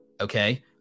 Okay